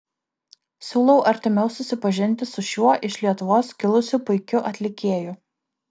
siūlau artimiau susipažinti su šiuo iš lietuvos kilusiu puikiu atlikėju